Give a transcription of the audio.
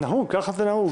ככה זה נהוג.